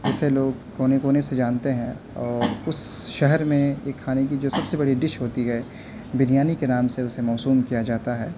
جسے لوگ کونے کونے سے جانتے ہیں اور اس شہر میں ایک کھانے کی جو سب سے بڑی ڈش ہوتی ہے بریانی کے نام سے اسے موسوم کیا جاتا ہے